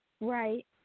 Right